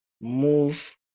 move